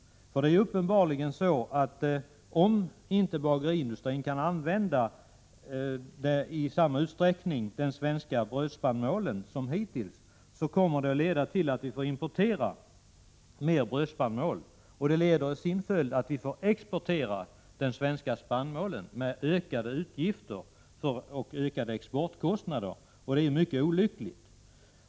Det är uppenbarligen så, att om inte bageriindustrin kan använda den svenska brödspannmålen i samma utsträckning som hittills, så får vi importera mera brödspannmål. Detta leder i sin tur till att vi måste exportera den svenska spannmålen, med ökade exportkostnader som följd. Detta vore mycket olyckligt.